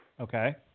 Okay